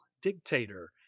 dictator